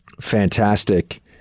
fantastic